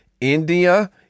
India